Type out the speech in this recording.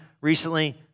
recently